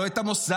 לא את המוסד,